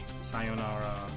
Sayonara